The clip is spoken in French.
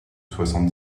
soixante